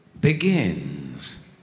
begins